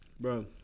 Bro